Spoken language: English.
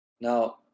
Now